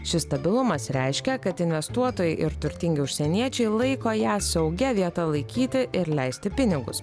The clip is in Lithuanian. šis stabilumas reiškia kad investuotojai ir turtingi užsieniečiai laiko ją saugia vieta laikyti ir leisti pinigus